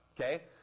okay